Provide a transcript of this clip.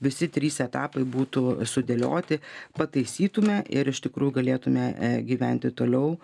visi trys etapai būtų sudėlioti pataisytume ir iš tikrųjų galėtume gyventi toliau